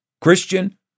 Christian